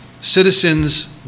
Citizens